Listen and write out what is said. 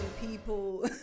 people